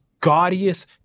gaudiest